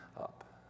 up